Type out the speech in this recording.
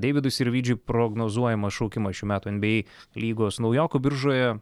deividui sirvydžiui prognozuojamas šaukimas šių metų nba lygos naujokų biržoje